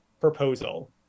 proposal